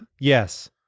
Yes